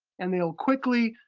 and they'll quickly